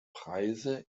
preise